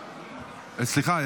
סליחה,